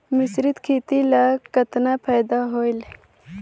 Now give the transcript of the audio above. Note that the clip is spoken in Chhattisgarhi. मिश्रीत खेती ल कतना फायदा होयल?